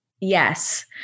Yes